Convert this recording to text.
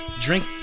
Drink